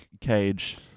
cage